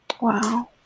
Wow